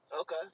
Okay